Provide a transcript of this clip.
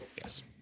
yes